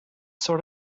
sort